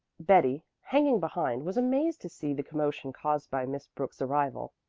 betty, hanging behind, was amazed to see the commotion caused by miss brooks's arrival.